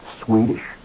Swedish